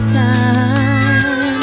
time